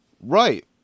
Right